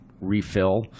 refill